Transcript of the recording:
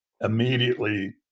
Immediately